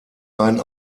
ein